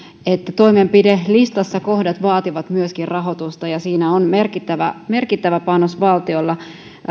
että toimenpidelistassa kohdat vaativat myöskin rahoitusta ja siinä on merkittävä merkittävä panos valtiolla